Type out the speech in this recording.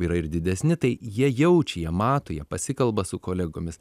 yra ir didesni tai jie jaučia jie mato jie pasikalba su kolegomis